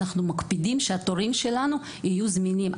אנחנו מקפידים שהתורים שלנו יהיו זמינים.